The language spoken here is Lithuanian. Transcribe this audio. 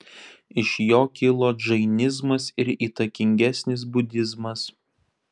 iš jo kilo džainizmas ir įtakingesnis budizmas